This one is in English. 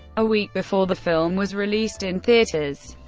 a week before the film was released in theaters.